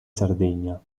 sardegna